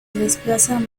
desplazan